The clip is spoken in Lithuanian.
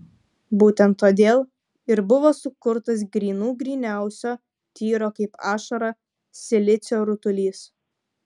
būtent todėl ir buvo sukurtas grynų gryniausio tyro kaip ašara silicio rutulys